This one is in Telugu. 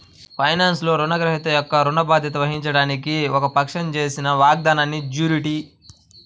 ఫైనాన్స్లో, రుణగ్రహీత యొక్క ఋణ బాధ్యత వహించడానికి ఒక పక్షం చేసిన వాగ్దానాన్నిజ్యూరిటీ